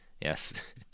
Yes